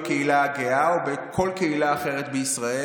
בקהילה הגאה או בכל קהילה אחרת בישראל?